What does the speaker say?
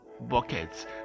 buckets